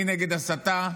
אני נגד הסתה,